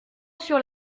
sur